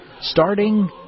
starting